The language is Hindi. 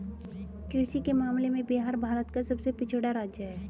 कृषि के मामले में बिहार भारत का सबसे पिछड़ा राज्य है